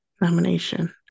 nomination